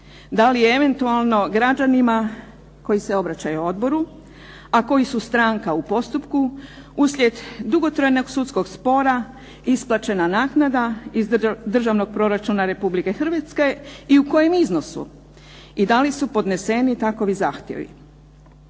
da li eventualno građanima koji se obraćaju odboru, a koji su stranka u postupku uslijed dugotrajnog sudskog spora isplaćena naknada iz državnog proračuna Republike Hrvatske i u kojem iznosu. I da li su podneseni takovi zahtjevi.